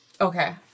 Okay